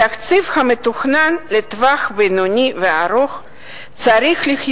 בתקציב המתוכנן לטווח בינוני וארוך צריך להיות